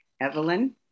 Evelyn